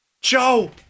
Joe